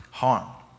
harm